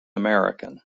american